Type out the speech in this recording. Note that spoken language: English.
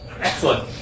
Excellent